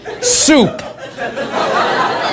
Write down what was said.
soup